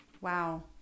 Wow